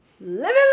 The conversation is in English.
living